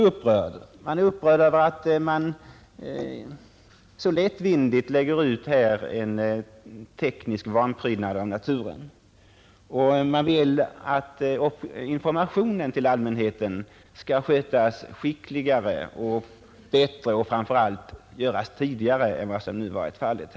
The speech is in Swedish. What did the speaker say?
Människorna är upprörda över att man här så lättvindigt förorsakar vantrevnad i naturen och vill att informationen till allmänheten skall skötas skickligare och bättre. Framför allt bör den ges tidigare än som nu har varit fallet.